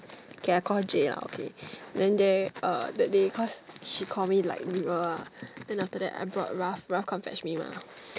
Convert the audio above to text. K I call her J lah okay then they uh that day cause she called me like 女儿 ah then after that I brought Ralph Ralph come fetch me mah